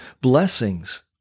blessings